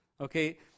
Okay